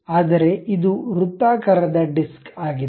ಆದರೆ ಇದು ವೃತ್ತಾಕಾರದ ಡಿಸ್ಕ್ ಆಗಿದೆ